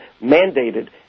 mandated